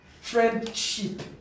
Friendship